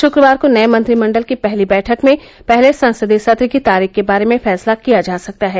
शुक्रवार को नये मंत्रिमण्डल की पहली बैठक में पहले संसदीय सत्र की तारीख के बारे में फैसला किया जा सकता है